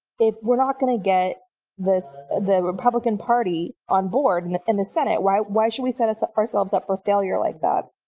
we're not going to get this, the republican party on board and in the senate, why, why should we set set ourselves up for failure like that?